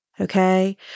okay